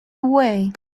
away